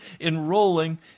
enrolling